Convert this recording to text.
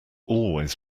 always